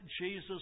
Jesus